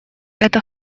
это